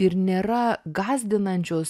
ir nėra gąsdinančios